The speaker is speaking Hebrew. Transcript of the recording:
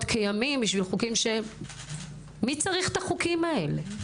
וימים בשביל חוקים - שמי צריך את החוקים האלה.